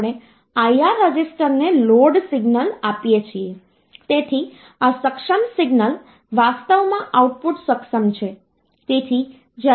તેથી 5 ભાગ માટે મને 101 અંકો મળ્યો છે પછી ડેસિમલ પોઇન્ટ આવે છે અને હવે આ 0